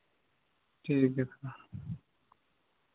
ᱴᱷᱤᱠ ᱜᱮᱭᱟ ᱛᱟᱦᱞᱮ